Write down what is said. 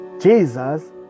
Jesus